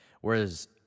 Whereas